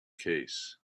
case